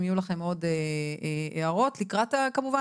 אם יהיו לכם עוד הערות, לקראת כמובן